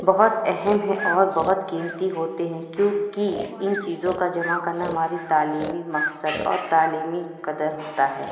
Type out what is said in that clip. بہت اہم ہے اور بہت قیمتی ہوتے ہیں کیونکہ ان چیزوں کا جمع کرنا ہمارے تعلیمی مقصد اور تعلیمی قدر ہوتا ہے